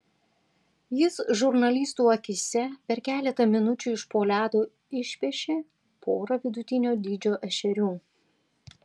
jis žurnalistų akyse per keletą minučių iš po ledo išpešė porą vidutinio dydžio ešerių